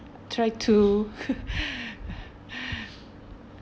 try to